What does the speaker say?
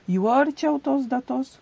juo arčiau tos datos